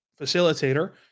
facilitator